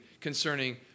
concerning